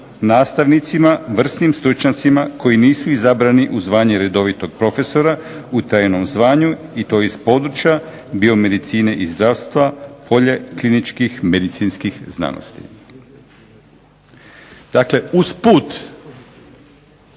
nastavnicima, vrsnim stručnjacima koji nisu izabrani u zvanje redovitog profesora u trajnom zvanju i to iz područja biomedicine i zdravstva polje kliničkih medicinskih znanosti. Dakle, usput